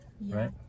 Right